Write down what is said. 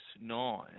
nine